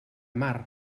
mar